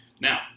Now